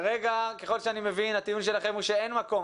כרגע, ככל שאני מבין הטיעון שלכם הוא שאין מקום.